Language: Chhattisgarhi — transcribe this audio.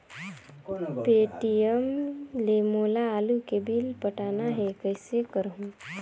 पे.टी.एम ले मोला आलू के बिल पटाना हे, कइसे करहुँ?